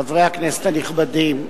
חברי הכנסת הנכבדים,